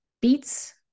beets